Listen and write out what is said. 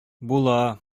була